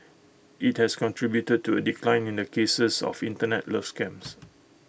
IT has contributed to A decline in the cases of Internet love scams